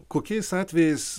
kokiais atvejais